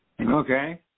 Okay